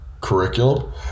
Curriculum